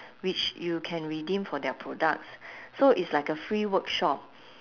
which you can redeem for their products so it's like a free workshop